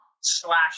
slash